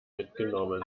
mitgenommen